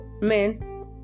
men